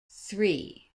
three